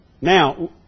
Now